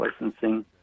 licensing